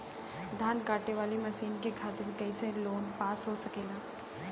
धान कांटेवाली मशीन के खातीर कैसे लोन पास हो सकेला?